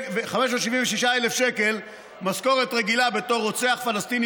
576,000 שקל משכורת רגילה בתור רוצח פלסטיני